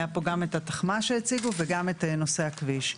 היה פה גם את התחמ"ש שהציגו וגם את נושא הכביש.